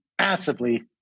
massively